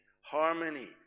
Harmony